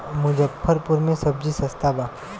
मुजफ्फरपुर में सबजी सस्ता बा